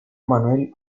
manuel